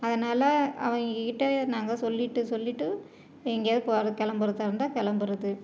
அதனால் அவங்கக் கிட்டே நாங்கள் சொல்லிவிட்டு சொல்லிவிட்டு எங்கேயாவது போகிற கிளம்புறதா இருந்தால் கிளம்புறது